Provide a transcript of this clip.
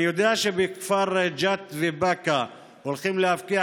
אני יודע שבכפר ג'ת ובאקה הולכים להפקיע